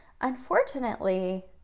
Unfortunately